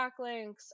backlinks